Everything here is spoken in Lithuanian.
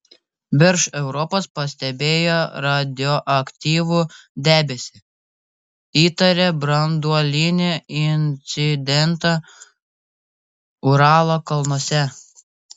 virš europos pastebėjo radioaktyvų debesį įtaria branduolinį incidentą uralo kalnuose